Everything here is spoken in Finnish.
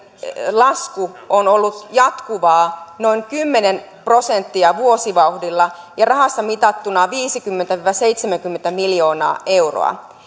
lasku on ollut jatkuvaa noin kymmenen prosentin vuosivauhdilla ja rahassa mitattuna viisikymmentä viiva seitsemänkymmentä miljoonaa euroa